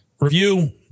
Review